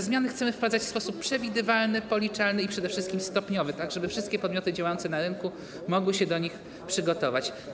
Zmiany chcemy wprowadzać w sposób przewidywalny, policzalny i przede wszystkim stopniowy, żeby wszystkie podmioty działające na rynku mogły się do nich przygotować.